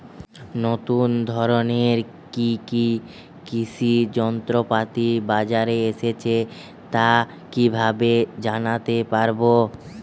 নতুন ধরনের কি কি কৃষি যন্ত্রপাতি বাজারে এসেছে তা কিভাবে জানতেপারব?